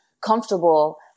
comfortable